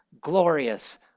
glorious